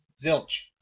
Zilch